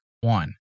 One